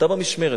אתה במשמרת.